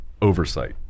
Oversight